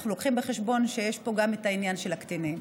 אנחנו מביאים בחשבון שיש פה גם את העניין של הקטינים,